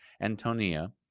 Antonia